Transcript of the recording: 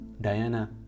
Diana